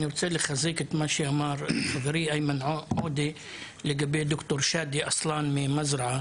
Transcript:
אני רוצה לחזק את דברי חברי איימן עודה לגבי ד"ר שאדי עאסלן ממזרע,